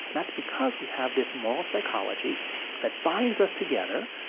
and that's because we have this moral psychology that binds us together.